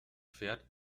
pferd